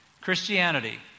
Christianity